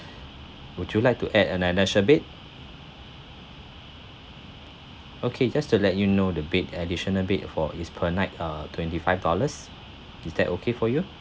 would you like to add an additional bed okay just to let you know the bed additional bed for is per night uh twenty five dollars is that okay for you